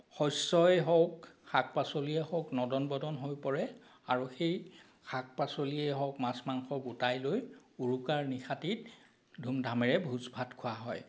শস্য়ই হওক শাক পাচলিয়েই হওক নদন বদন হৈ পৰে আৰু সেই শাক পাচলিয়েই হওক মাছ মাংস গোটাই লৈ উৰুকাৰ নিশাটিত ধুম ধামেৰে ভোজ ভাত খোৱা হয়